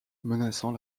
menaçant